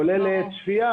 כולל צפייה